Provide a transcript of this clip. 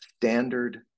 standard